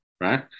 right